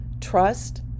trust